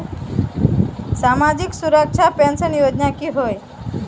सामाजिक सुरक्षा पेंशन योजनाएँ की होय?